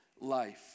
life